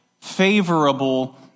favorable